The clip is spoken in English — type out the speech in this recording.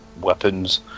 weapons